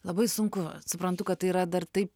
labai sunku suprantu kad tai yra dar taip